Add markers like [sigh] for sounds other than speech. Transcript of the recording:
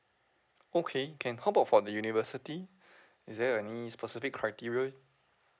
okay can how about for the university [breath] is there any specific criteria